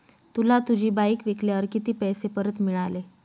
तुला तुझी बाईक विकल्यावर किती पैसे परत मिळाले?